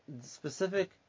specific